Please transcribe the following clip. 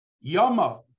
Yama